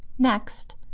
next,